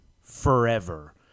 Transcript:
forever